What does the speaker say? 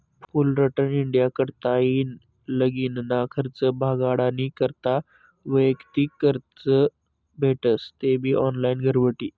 Fullerton India कडताईन लगीनना खर्च भागाडानी करता वैयक्तिक कर्ज भेटस तेबी ऑनलाईन घरबठी